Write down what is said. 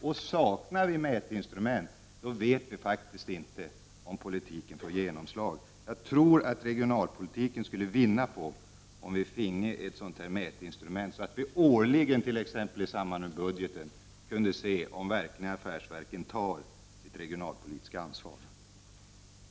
Om vi saknar mätinstrument vet vi inte om politiken får genomslag. Jag tror att regionalpolitiken skulle vinna på att ett sådant här mätinstrument infördes, så att vi årligen, t.ex. i samband med budgeten, kunde se om affärsverken tar sitt regionalpolitiska ansvar.